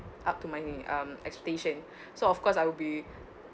up to my um expectation so of course I would be